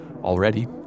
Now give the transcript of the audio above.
already